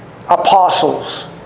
apostles